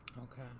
Okay